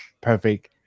Perfect